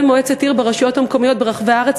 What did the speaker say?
מועצת עיר ברשויות המקומיות ברחבי הארץ,